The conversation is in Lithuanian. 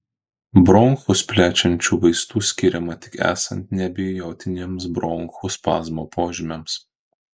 bronchus plečiančių vaistų skiriama tik esant neabejotiniems bronchų spazmo požymiams